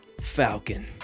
Falcon